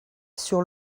sur